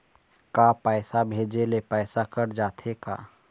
का पैसा भेजे ले पैसा कट जाथे का?